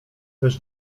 też